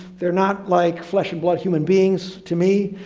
they're not like flesh and blood human beings, to me,